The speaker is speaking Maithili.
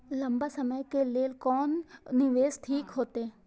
लंबा समय के लेल कोन निवेश ठीक होते?